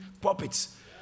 puppets